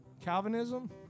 Calvinism